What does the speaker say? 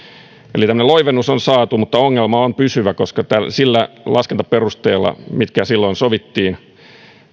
eli tämmöinen loivennus on saatu mutta ongelma on pysyvä koska niillä laskentaperusteilla mitkä silloin sovittiin